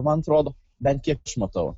man atrodo bent kiek aš matau